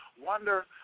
wonder